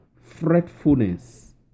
Fretfulness